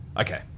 Okay